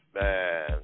Man